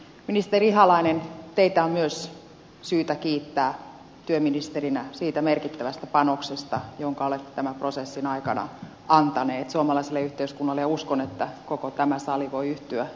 ministeri ihalainen teitä on myös syytä kiittää työministerinä siitä merkittävästä panoksesta jonka olette tämän prosessin aikana antaneet suomalaiselle yhteiskunnalle ja uskon että koko tämä sali voi yhtyä niihin kiitoksiin